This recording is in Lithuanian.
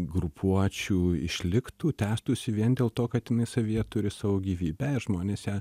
grupuočių išliktų tęstųsi vien dėl to kad savyje turi savo gyvybę ir žmonės ją